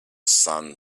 sun